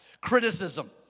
Criticism